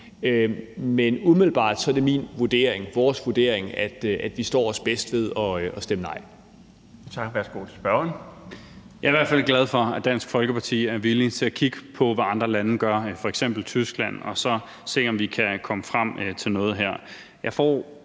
men umiddelbart er det min vurdering, vores vurdering, at vi står os bedst ved at stemme nej.